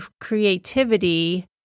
creativity